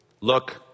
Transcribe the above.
look